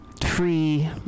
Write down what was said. free